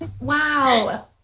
Wow